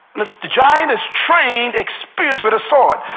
the giant is trained experience with a sword,